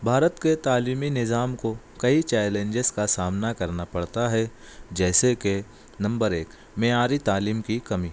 بھارت کے تعلیمی نظام کو کئی چیلینجیز کا سامنا کرنا پڑتا ہے جیسے کہ نمبر ایک معیاری تعلیم کی کمی